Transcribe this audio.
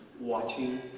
watching